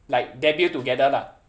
like debut together lah